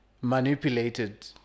manipulated